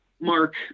Mark